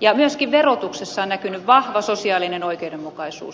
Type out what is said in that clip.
ja myöskin verotuksessa on näkynyt vahva sosiaalinen oikeudenmukaisuus